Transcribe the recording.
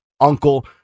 uncle